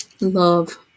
love